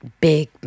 big